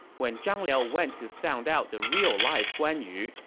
when zhang liao went to sound out the real-life guan yu,